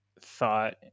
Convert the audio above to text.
thought